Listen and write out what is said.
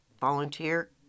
Volunteer